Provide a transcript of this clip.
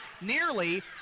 nearly